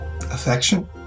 affection